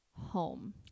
home